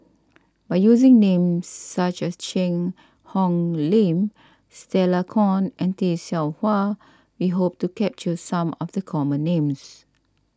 by using names such as Cheang Hong Lim Stella Kon and Tay Seow Huah we hope to capture some of the common names